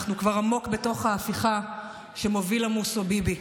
אנחנו כבר עמוק בתוך ההפיכה שמוביל המוסוביבי.